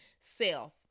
self